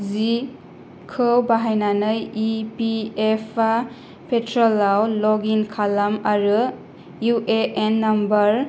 जिखौ बाहायनानै E P F अ पर्टेलाव लगइन खालाम आरो इउ ए एन नाम्बार